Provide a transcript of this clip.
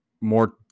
more